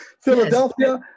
Philadelphia